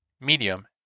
medium